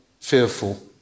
fearful